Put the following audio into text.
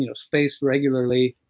you know spaced regularly.